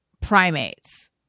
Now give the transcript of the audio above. primates